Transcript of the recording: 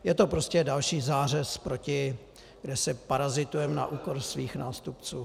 Je to prostě další zářez proti, kde parazitujeme na úkor svých nástupců.